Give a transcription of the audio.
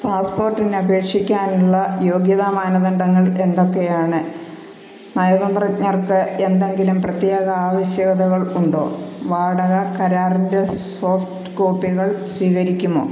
പാസ്പോർട്ടിന് അപേക്ഷിക്കുന്നതിനുള്ള യോഗ്യതാ മാനദണ്ഡങ്ങൾ എന്തൊക്കെയാണ് നയതന്ത്രജ്ഞർക്ക് എന്തെങ്കിലും പ്രത്യേക ആവശ്യകതകൾ ഉണ്ടോ വാടക കരാറിൻ്റെ സോഫ്റ്റ് കോപ്പികൾ സ്വീകരിക്കുമോ